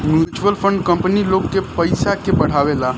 mutual fund company लोग के पयिसा के बढ़ावेला